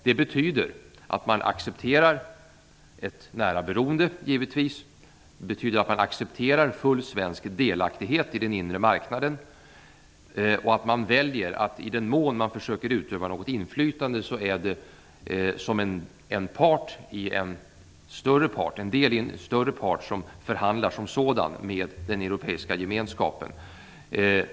Det betyder att man accepterar ett nära beroende, att man accepterar full svensk delaktighet i den inre marknaden och att man väljer att i den mån man försöker utöva något inflytande är det som en del i en större part som förhandlar med den europeiska gemenskapen.